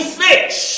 fish